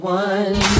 one